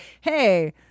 hey